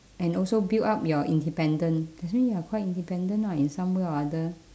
and also build up your independent that means you're quite independent lah in some way or other